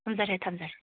ꯊꯝꯖꯔꯦ ꯊꯝꯖꯔꯦ